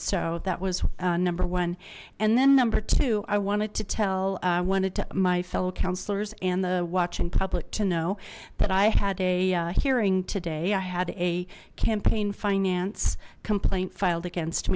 so that was number one and then number two i wanted to tell i wanted to my fellow councillors and the in public to know that i had a hearing today i had a campaign finance complaint filed against